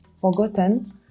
forgotten